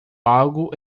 algo